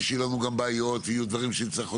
אני מתאר לעצמי שיהיו לנו גם בעיות ושיהיו דברים שנצטרך...